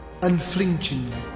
unflinchingly